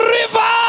river